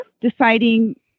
deciding